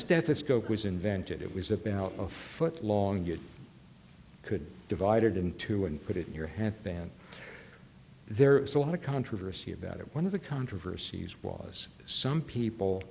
stethoscope was invented it was about a foot long it could be divided into and put it in your head band there is a lot of controversy about it one of the controversies was some people